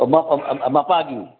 ꯃꯄꯥꯒꯤ